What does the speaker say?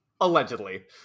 allegedly